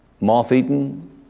moth-eaten